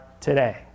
today